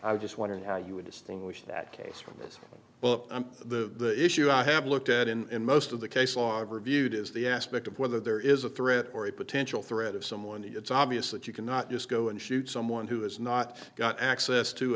i was just wondering how you would distinguish that case from this book the issue i have looked at in most of the case law of reviewed is the aspect of whether there is a threat or a potential threat of someone it's obvious that you cannot just go and shoot someone who has not got access to